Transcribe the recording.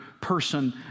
person